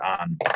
on